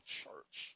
church